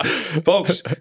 Folks